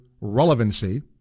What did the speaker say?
relevancy